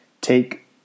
take